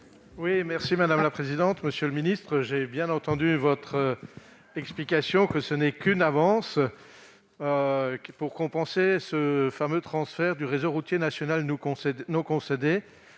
pour explication de vote. Monsieur le ministre, j'ai bien entendu votre explication : ce n'est qu'une avance pour compenser le fameux transfert du réseau routier national concédé